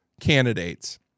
candidates